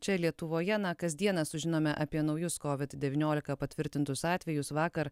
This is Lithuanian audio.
čia lietuvoje kasdieną sužinome apie naujus covid devyniolika patvirtintus atvejus vakar